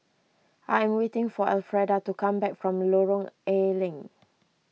I am waiting for Elfreda to come back from Lorong A Leng